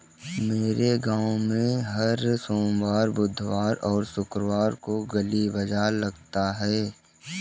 मेरे गांव में हर सोमवार बुधवार और शुक्रवार को गली बाजार लगता है